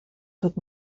tot